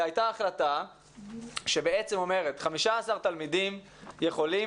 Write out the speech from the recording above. הייתה החלטה שאומרת ש-15 תלמידים יכולים